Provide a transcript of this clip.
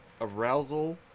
Arousal